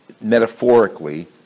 metaphorically